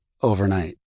overnight